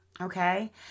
Okay